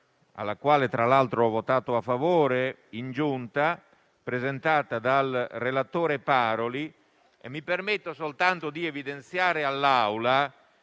sulla quale tra l'altro ho votato a favore in Giunta, presentata dal relatore Paroli. Mi permetto soltanto di evidenziare all'Assemblea